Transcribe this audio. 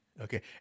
Okay